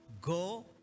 go